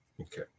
Okay